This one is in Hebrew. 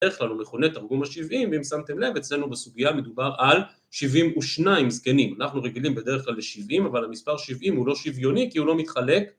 דרך כלל הוא מכונה בתרגום השבעים ואם שמתם לב אצלנו בסוגיה מדובר על שבעים ושניים זקנים אנחנו רגילים בדרך כלל לשבעים אבל המספר שבעים הוא לא שוויוני כי הוא לא מתחלק